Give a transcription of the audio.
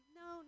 no